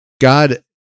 God